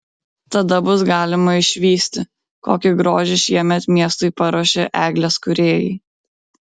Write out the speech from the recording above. tada bus galima išvysti kokį grožį šiemet miestui paruošė eglės kūrėjai